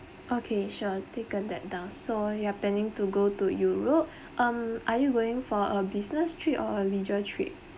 okay sure taken that down so you're planning to go to europe um are you going for a business trip or a leisure trip